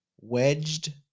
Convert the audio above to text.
wedged